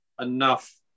enough